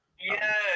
Yes